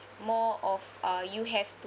more of uh you have to